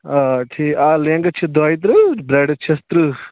آ ٹھیٖک آ لینٛگٕتھ چھِ دۄیہِ ترٕٛہ برٛیڈٕٹھ چھَس ترٕٛہ